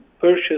purchase